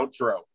outro